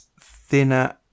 thinner